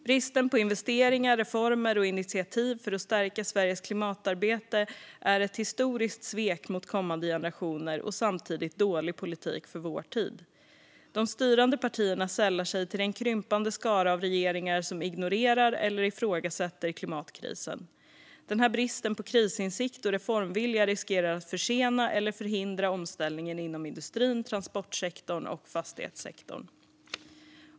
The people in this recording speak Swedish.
Bristen på investeringar, reformer och initiativ för att stärka Sveriges klimatarbete är ett historiskt svek mot kommande generationer och samtidigt dålig politik för vår tid. De styrande partierna sällar sig till den krympande skara av regeringar som ignorerar eller ifrågasätter klimatkrisen. Den här bristen på krisinsikt och reformvilja riskerar att försena eller förhindra omställningen inom industrin, transportsektorn och fastighetssektorn.